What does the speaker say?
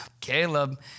Caleb